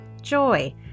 joy